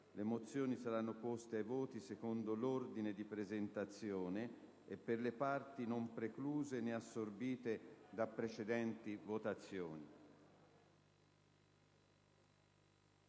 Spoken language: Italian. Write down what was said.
le mozioni saranno poste ai voti secondo l'ordine di presentazione e per le parti non precluse né assorbite da precedenti votazioni.